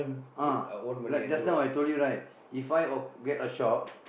ah like just now I told you right If I op~ get a shop